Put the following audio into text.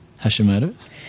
Hashimoto's